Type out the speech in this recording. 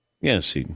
Yes